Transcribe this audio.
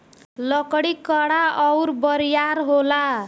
लकड़ी कड़ा अउर बरियार होला